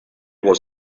was